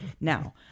Now